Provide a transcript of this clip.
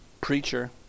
preacher